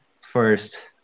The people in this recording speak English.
first